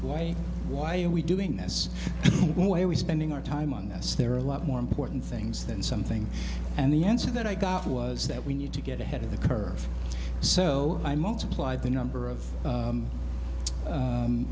why why are we doing this way we spending our time on this there are a lot more important things than something and the answer that i got was that we need to get ahead of the curve so i multiply the number of